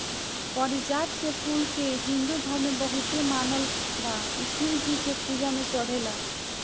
पारिजात के फूल के हिंदू धर्म में बहुते मानल बा इ शिव जी के पूजा में चढ़ेला